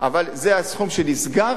אבל זה הסכום שנסגר,